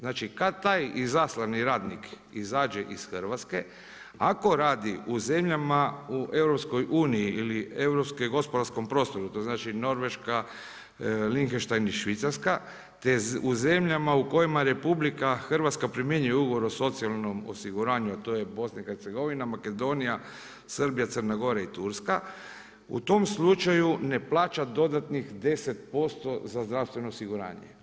Znači, kad taj izaslani radnik izađe iz Hrvatske ako radi u zemljama u EU ili europskom gospodarskom prostoru, to znači Norveška, Lihtenštajn i Švicarska, te u zemljama u kojima RH primjenjuje ugovor o socijalnom osiguranju, a to je BiH, Makedonija, Srbija, Crna Gora i Turska u tom slučaju ne plaća dodatnih 10% za zdravstveno osiguranje.